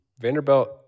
Vanderbilt